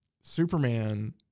Superman